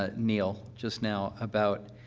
ah neil, just now, about,